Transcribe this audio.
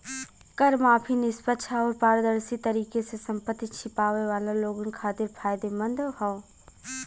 कर माफी निष्पक्ष आउर पारदर्शी तरीके से संपत्ति छिपावे वाला लोगन खातिर फायदेमंद हौ